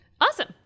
awesome